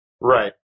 Right